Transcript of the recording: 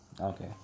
Okay